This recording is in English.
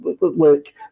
look